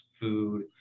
food